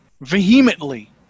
vehemently